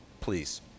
please